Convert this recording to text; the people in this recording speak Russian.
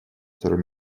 второй